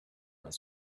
his